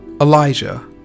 Elijah